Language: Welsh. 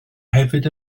hefyd